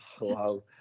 wow